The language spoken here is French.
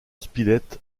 spilett